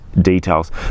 details